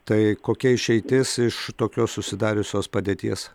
tai kokia išeitis iš tokios susidariusios padėties